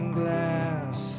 glass